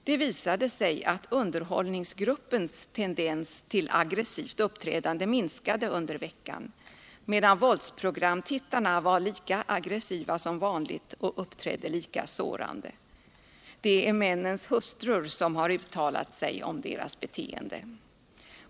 Det visade sig att underhållningsgruppens tendens till aggressivt uppträdande minskade under veckan, medan våldsprogramstittarna var lika aggressiva som vanligt och uppträdde lika sårande. Det är männens hustrur som har uttalat sig om deras beteende.